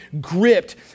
gripped